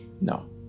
No